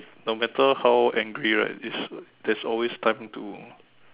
no matter how angry right this there is always time to